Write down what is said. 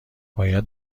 باید